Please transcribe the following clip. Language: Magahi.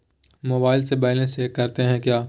मोबाइल से बैलेंस चेक करते हैं क्या?